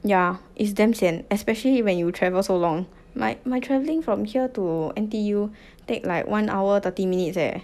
yeah it's damn sian especially when you travel so long like my travelling from here to N_T_U take like one hour thirty minutes leh